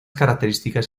características